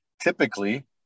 typically